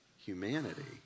Humanity